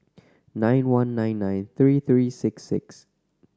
nine one nine nine three three six six